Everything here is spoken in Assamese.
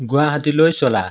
গুৱাহাটীলৈ চলা